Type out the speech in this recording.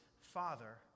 Father